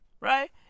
right